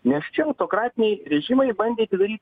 nes čia autokratiniai režimai bandė atidaryt